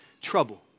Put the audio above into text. trouble